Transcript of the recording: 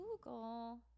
google